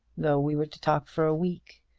though we were to talk for a week.